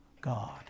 God